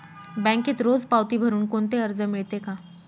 बँकेत रोज पावती भरुन कोणते कर्ज मिळते का?